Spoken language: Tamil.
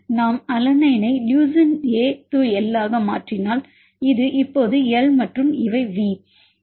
நாம் அலனைனை லுசின் A to L ஆக மாற்றினால் இது இப்போது L மற்றும் இவை V